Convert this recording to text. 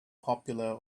popular